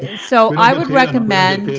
so i would recommend,